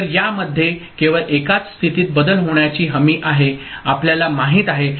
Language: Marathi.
तर यामध्ये केवळ एकाच स्थितीत बदल होण्याची हमी आहे आपल्याला माहित आहे